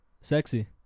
Sexy